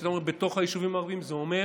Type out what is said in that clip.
כשאתה אומר שזה בתוך היישובים הערביים, זה אומר